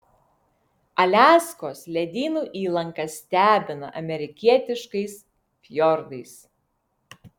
aliaskos ledynų įlanka stebina amerikietiškais fjordais